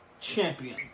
champion